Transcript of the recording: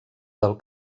del